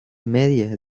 media